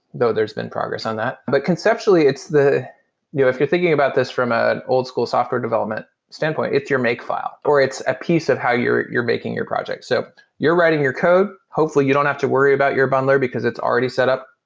though there's been progress on that. but conceptually, it's the if you're thinking about this from ah an old-school software development standpoint, it's your make fi le, or it's a piece of how you're making your project. so you're writing your code, hopefully you don't have to worry about your bundler because it's already set up.